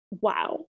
Wow